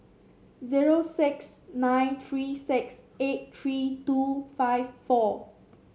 zero six nine three six eight three two five four